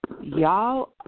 y'all